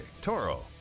Toro